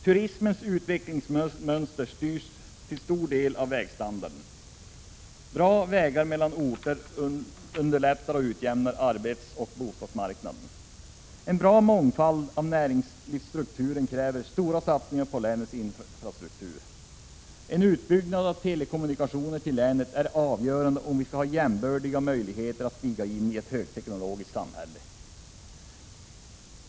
Turismens utvecklingsmönster styrs till stor del av vägstandarden. Bra vägar mellan orterna underlättar och utjämnar arbetsoch bostadsmarknaden. En bra mångfald av näringslivsstrukturen kräver stora satsningar på länets infrastruktur. En utbyggnad av telekommunikationerna till länet är avgörande om vi skall ha jämbördiga möjligheter att stiga in i ett högteknologiskt samhälle.